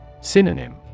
Synonym